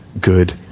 good